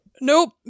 Nope